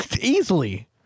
easily